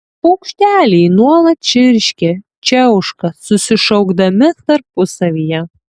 paukšteliai nuolat čirškia čiauška susišaukdami tarpusavyje